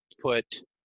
put